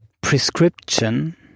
prescription